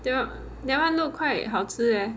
that [one] that [one] look quite 好吃 leh